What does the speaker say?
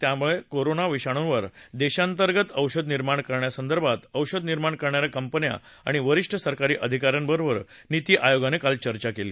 त्यामुळे कोरोना विषाणूवर देशांतर्गत औषध निर्माण करण्यासंदर्भात औषध निर्माण करणाऱ्या कंपन्यां आणि वरिष्ठ सरकारी अधिका यांबरोबर नीती आयोगानं काल चर्चा केली